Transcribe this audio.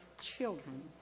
children